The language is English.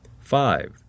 Five